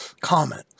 Comment